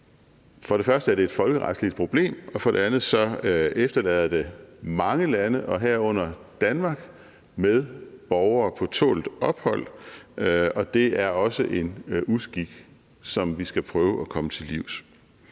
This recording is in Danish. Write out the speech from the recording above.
For det første er det et folkeretligt problem, og for det andet efterlader det mange lande, herunder Danmark, med borgere på tålt ophold, og det er også en uskik, som vi skal prøve at komme til livs.